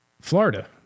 Florida